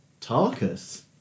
Tarkus